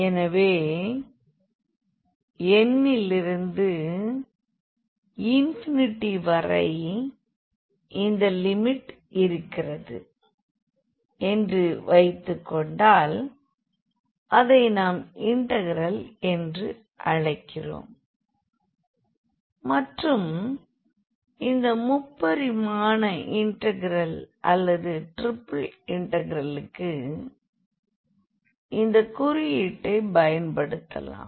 எனவே n லிருந்து வரை இந்த லிமிட் இருக்கிறது என்று வைத்துக்கொண்டால் அதை நாம் இன்டெக்ரல் என்று அழைக்கிறோம் மற்றும் இந்த முப்பரிமாண இன்டெக்ரல் அல்லது டிரிபிள் இன்டெக்ரலுக்கு இந்த குறியீட்டை பயன்படுத்தலாம்